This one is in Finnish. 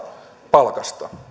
palkasta